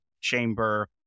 chamber